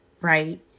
right